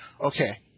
Okay